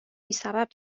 بیسبب